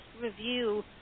review